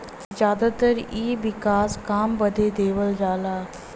जादातर इ विकास काम बदे देवल जाला